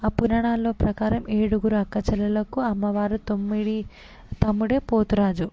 ఆ పురాణాలలో ప్రకారం ఏడుగురు అక్కచెల్లెళ్ళకు అమ్మవారు తొమ్మిడి తమ్ముడే పోతురాజు